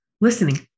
listening